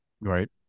Right